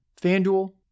FanDuel